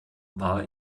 war